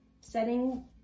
setting